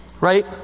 Right